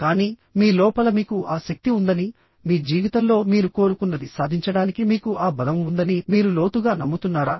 కానీ మీ లోపల మీకు ఆ శక్తి ఉందని మీ జీవితంలో మీరు కోరుకున్నది సాధించడానికి మీకు ఆ బలం ఉందని మీరు లోతుగా నమ్ముతున్నారా